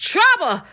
Trouble